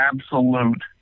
absolute